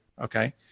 okay